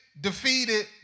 defeated